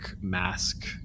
Mask